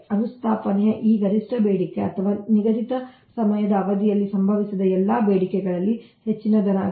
ಅನುಸ್ಥಾಪನೆಯ ಈ ಗರಿಷ್ಟ ಬೇಡಿಕೆ ಅಥವಾ ನಿಗದಿತ ಸಮಯದ ಅವಧಿಯಲ್ಲಿ ಸಂಭವಿಸಿದ ಎಲ್ಲಾ ಬೇಡಿಕೆಗಳಲ್ಲಿ ಹೆಚ್ಚಿನದಾಗಿದೆ